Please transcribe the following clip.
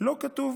לא כתוב.